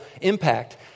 impact